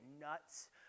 nuts